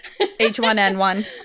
H1N1